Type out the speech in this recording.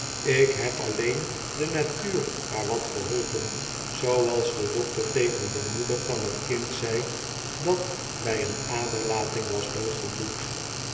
ik heb alleen de natuur maar wat geholpen zooals de dokter tegen de moeder van het kind zei dat bij een aderlating was doodgebloed